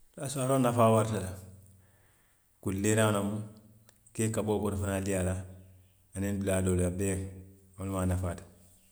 Raasuwaaroo nafaa warata le, kuŋ liiraŋo nemu, ka i kaboo koto fanaŋ lii a la, aniŋ dulaa doolu a bee wo lemu a nafaa ti